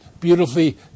beautifully